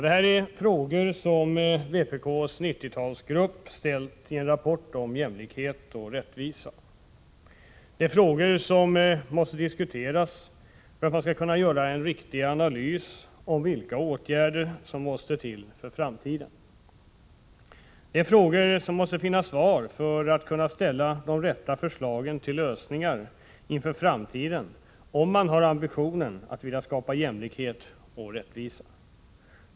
Detta är frågor som vpk:s 90-talsgrupp har ställt i en rapport om jämlikhet och rättvisa. Det är frågor som måste diskuteras för att man skall kunna göra en riktig analys av vilka åtgärder som måste till för framtiden. Det är frågor som man måste finna svar på för att kunna ställa de rätta förslagen till lösningar inför framtiden, om man har ambitionen att vilja skapa jämlikhet och rättvisa.